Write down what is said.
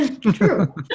True